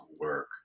work